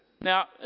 Now